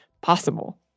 possible